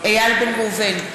איל בן ראובן,